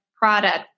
product